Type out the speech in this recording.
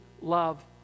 love